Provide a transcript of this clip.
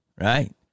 right